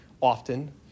often